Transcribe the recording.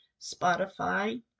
Spotify